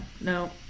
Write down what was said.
No